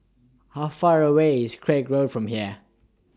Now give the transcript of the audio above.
How Far away IS Craig Road from here